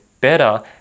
better